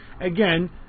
again